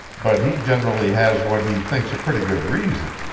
but he generally has what he thinks a pretty good reason.